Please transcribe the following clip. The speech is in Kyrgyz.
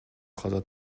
каза